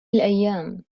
الأيام